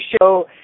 show